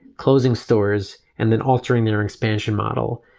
closing stores and then altering their expansion model.